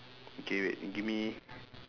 okay wait give me